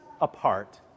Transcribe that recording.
apart